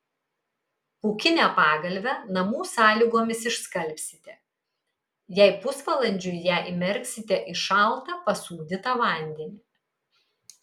pūkinę pagalvę namų sąlygomis išskalbsite jei pusvalandžiui ją įmerksite į šaltą pasūdytą vandenį